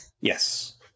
Yes